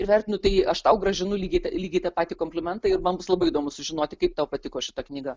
vertinu tai aš tau grąžinu lygiai lygiai tą patį komplimentą ir man labai įdomu sužinoti kaip tau patiko šita knyga